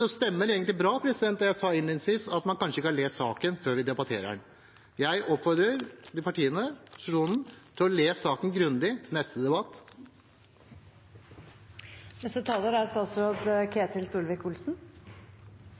stemmer egentlig bra, det jeg sa innledningsvis, at en kanskje ikke har lest saken før vi debatterer den. Jeg oppfordrer partiene i opposisjonen til å ha lest saken grundig til neste debatt.